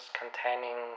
containing